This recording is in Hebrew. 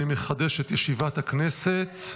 אני מחדש את ישיבת הכנסת.